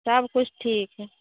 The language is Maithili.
सब कुछ ठीक